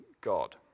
God